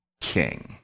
king